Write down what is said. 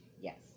Yes